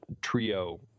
trio